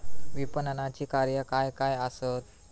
विपणनाची कार्या काय काय आसत?